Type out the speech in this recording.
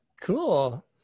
Cool